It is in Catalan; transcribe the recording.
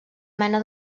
mena